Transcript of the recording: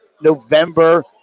November